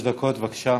שלוש דקות, בבקשה.